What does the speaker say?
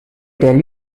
tell